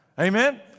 Amen